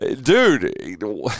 dude